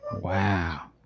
Wow